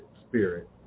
spirit